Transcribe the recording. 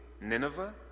Nineveh